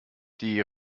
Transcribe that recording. die